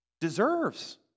deserves